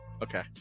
Okay